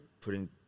putting